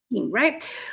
right